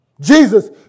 Jesus